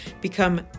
become